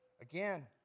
Again